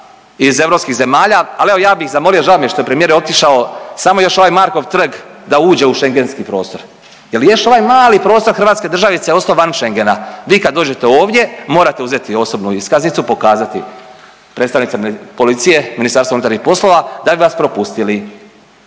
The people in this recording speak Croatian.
iz europskih zemalja, al evo ja bih zamolio, žao mi je što je premijer otišao, samo još ovaj Markov trg da uđe u schengentski prostor jel je još ovaj mali prostor hrvatske državice ostao van schengena, vi kad dođete ovdje morate uzeti osobnu iskaznicu, pokazati predstavnicima policije, MUP-a da bi vas propustili,